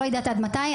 לא יודעת עד מתי,